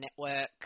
Network